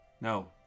No